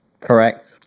correct